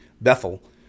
Bethel